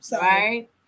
Right